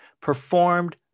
performed